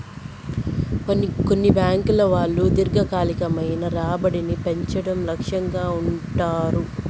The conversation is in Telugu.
కొన్ని బ్యాంకుల వాళ్ళు దీర్ఘకాలికమైన రాబడిని పెంచడం లక్ష్యంగా ఉంటారు